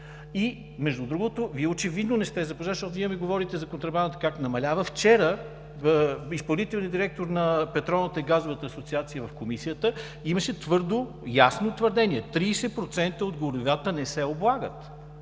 И, между другото, Вие очевидно не сте запознат, защото Вие ми говорите за контрабандата как намалява. Вчера изпълнителният директор на петролната и газовата асоциация в Комисията имаше твърдо, ясно твърдение – 30% от горивата не се облагат,